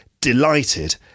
delighted